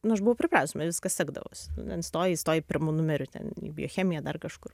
nu aš buvau pripratus man viskas sekdavosi stoji įstoji pirmu numeriu ten į biochemiją dar kažkur